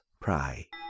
pray